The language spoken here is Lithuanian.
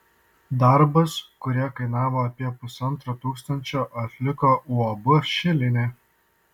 darbus kurie kainavo apie pusantro tūkstančio atliko uab šilinė